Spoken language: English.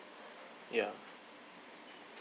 yeah